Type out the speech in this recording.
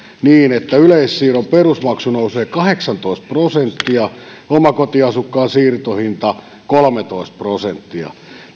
niin että yleissiirron perusmaksu nousee kahdeksantoista prosenttia omakotiasukkaan siirtohinta kolmetoista prosenttia